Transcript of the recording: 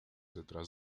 detrás